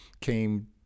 came